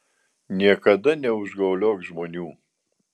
niekada neužgauliok žmonių